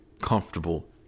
comfortable